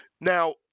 now